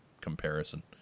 comparison